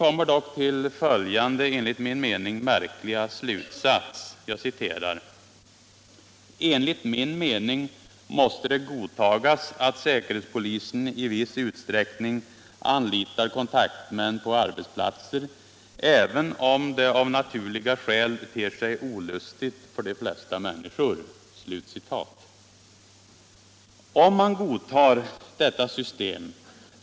Om man godtar detta svstem, så öppnar det enligt min mening vägarna — Justitieombudsför att metoden med Säpoagenter på arbetsplatserna sätts i system.